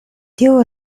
tiu